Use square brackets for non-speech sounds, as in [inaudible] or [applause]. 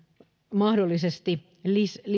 mahdollisesti lisäämä [unintelligible]